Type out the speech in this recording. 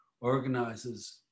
organizes